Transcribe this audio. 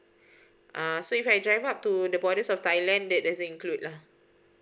uh so if I drive up to the border of thailand that doesn't include lah